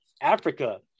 Africa